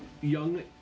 young